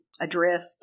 Adrift